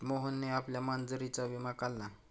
मोहनने आपल्या मांजरीचा विमा काढला